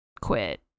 quit